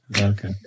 Okay